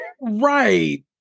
right